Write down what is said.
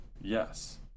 Yes